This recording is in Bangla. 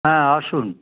হ্যাঁ আসুন